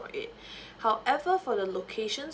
it however for the location